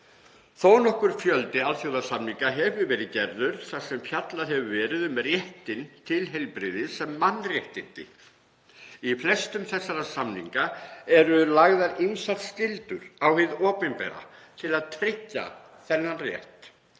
Þó nokkur fjöldi alþjóðasamninga hefur verið gerður þar sem fjallað hefur verið um réttinn til heilbrigðis sem mannréttindi. Í flestum þessara samninga eru lagðar ýmsar skyldur á hið opinbera til að tryggja þennan rétt.